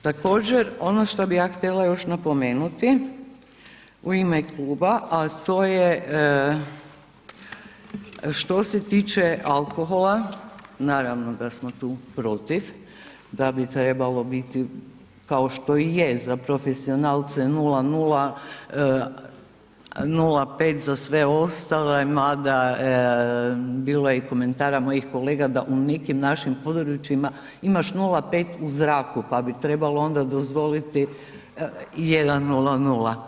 Također ono što bih ja htjela još napomenuti u ime kluba a to je što se tiče alkohola, naravno da smo tu protiv, da bi trebalo biti kao što i je za profesionalce 0,0, 0,5 za sve ostale mada bilo je i komentara mojih kolega da u nekim našim područjima imaš 0,5 u zraku pa bi trebalo onda dozvoliti 1,00.